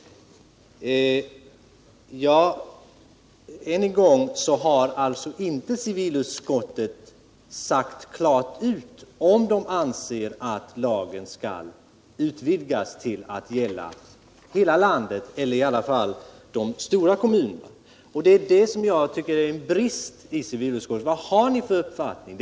Jag vidhåller emellertid att civilutskottet inte har sagt klart ut om man anser att lagen skall utvidgas till att gälla hela landet eller åtminstone de stora kommunerna. Det är detta som jag tycker är en brist i civilutskottets skrivning. Vilken uppfattning har ni inom civilutskottet?